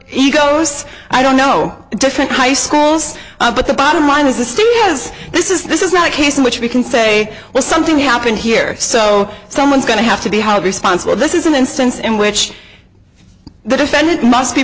he goes i don't know different high schools but the bottom line is this thing is this is this is not a case in which we can say well something happened here so someone's going to have to be held responsible this is an instance in which the defendant must be